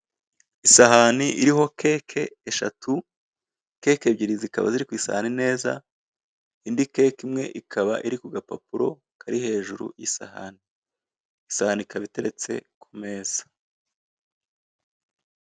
Isahani iriho keke eshatu keke ebyiri zikaba ziri ku isani neza indi keke imwe, ikaba iri ku gapapuro kari hejuru y'isahani, isani ikaba iteretse ku meza.